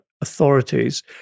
authorities